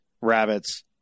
rabbits